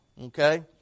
Okay